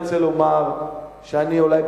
אני רוצה לומר שאני אולי,